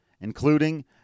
including